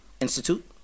Institute